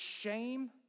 shame